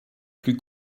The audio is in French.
plus